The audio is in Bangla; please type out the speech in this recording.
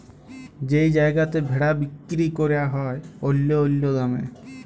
যেই জায়গাতে ভেড়া বিক্কিরি ক্যরা হ্যয় অল্য অল্য দামে